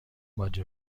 باجه